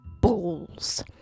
balls